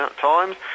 times